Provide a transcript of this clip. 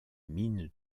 mines